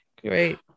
Great